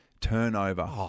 Turnover